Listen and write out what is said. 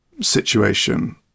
situation